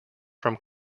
from